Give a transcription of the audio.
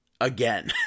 again